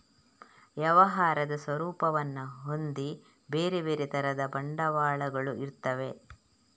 ವ್ಯವಹಾರದ ಸ್ವರೂಪವನ್ನ ಹೊಂದಿ ಬೇರೆ ಬೇರೆ ತರದ ಬಂಡವಾಳಗಳು ಇರ್ತವೆ